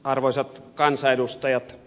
arvoisat kansanedustajat